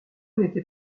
n’était